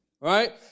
Right